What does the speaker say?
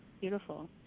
Beautiful